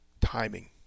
timing